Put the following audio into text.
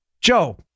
Joe